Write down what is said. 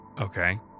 Okay